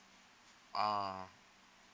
oh